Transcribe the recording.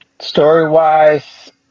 Story-wise